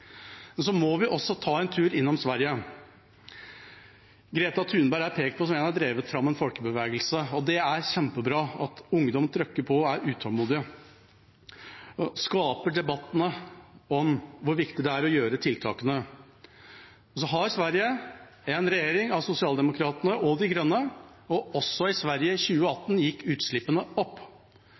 Så må vi også ta en tur innom Sverige. Greta Thunberg er pekt på som en som har drevet fram en folkebevegelse, og det er kjempebra at ungdom trykker på og er utålmodige og skaper debattene om hvor viktig det er å gjøre tiltak. Men Sverige har en regjering bestående av sosialdemokratene og de grønne, og også i Sverige gikk utslippene opp